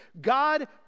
God